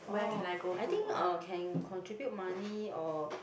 oh I think uh can contribute money or